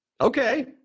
Okay